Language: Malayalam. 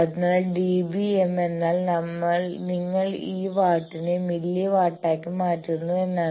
അതിനാൽ dB m എന്നാൽ നിങ്ങൾ ഈ വാട്ടിനെ മില്ലി വാട്ടാക്കി മാറ്റുന്നു എന്നാണ്